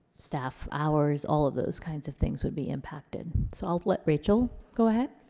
staff hours all of those kinds of things would be impacted so i'll let rachel go ahead.